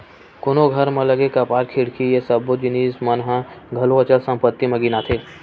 कोनो घर म लगे कपाट, खिड़की ये सब्बो जिनिस मन ह घलो अचल संपत्ति म गिनाथे